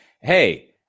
hey